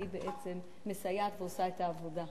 והיא בעצם מסייעת ועושה את העבודה.